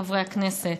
חברי הכנסת,